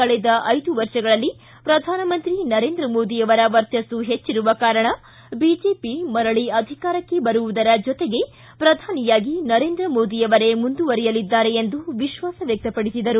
ಕಳೆದ ಐದು ವರ್ಷಗಳಲ್ಲಿ ಪ್ರಧಾನಮಂತ್ರಿ ನರೇಂದ್ರ ಮೋದಿಯವರ ವರ್ಚಸ್ಲು ಹೆಚ್ಚಿರುವ ಕಾರಣ ಬಿಜೆಪಿ ಮರಳ ಅಧಿಕಾರಕ್ಷೆ ಬರುವದರ ಜೊತೆಗೆ ಪ್ರಧಾನಿಯಾಗಿ ನರೇಂದ್ರ ಮೋದಿಯವರೇ ಮುಂದುವರಿಯಲಿದ್ದಾರೆ ಎಂದು ವಿಶ್ವಾಸ ವ್ಯಕ್ತಪಡಿಸಿದರು